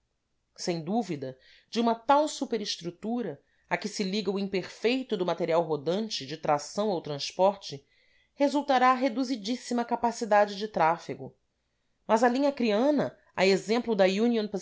sem dúvida de uma tal superestrutura a que se liga o imperfeito do material rodante de tração ou transporte resultará reduzidíssima capacidade de tráfego mas a linha acreana a exemplo da